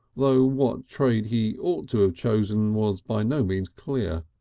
though what trade he ought to have chosen was by no means clear.